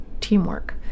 teamwork